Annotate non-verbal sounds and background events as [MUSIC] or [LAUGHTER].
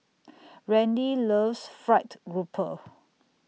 [NOISE] Randy loves Fried Grouper